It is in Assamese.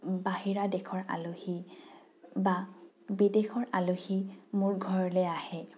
বাহিৰা দেশৰ আলহী বা বিদেশৰ আলহী মোৰ ঘৰলৈ আহে